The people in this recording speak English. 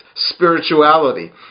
Spirituality